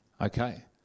Okay